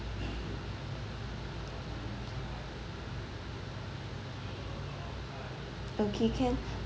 okay can